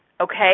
okay